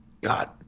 God